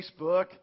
Facebook